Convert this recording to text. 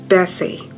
Bessie